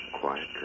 Quiet